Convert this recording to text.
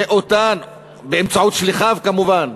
באמצעות שליחיו כמובן,